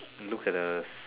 look at the